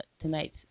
tonight's